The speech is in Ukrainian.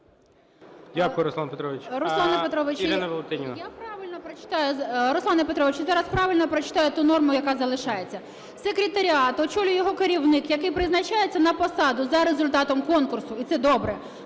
Руслане Петровичу, зараз правильно прочитаю ту норму, яка залишається. "Секретаріат очолює його керівник, який призначається на посаду за результатом конкурсу – і це добре